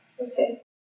Okay